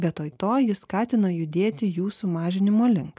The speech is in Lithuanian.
vietoj to ji skatina judėti jų sumažinimo link